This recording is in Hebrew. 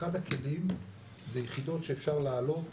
אחד הכלים זה יחידות שאפשר להעלות